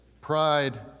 pride